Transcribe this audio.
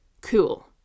cool